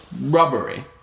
rubbery